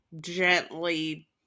gently